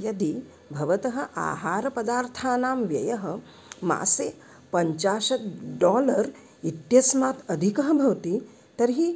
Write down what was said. यदि भवतः आहारपदार्थनां व्ययः मासे पञ्चाशत् डालर् इत्यस्मात् अधिकः भवति तर्हि